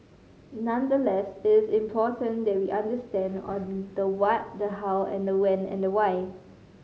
nonetheless it is important that we understand on the what the how and the when and the why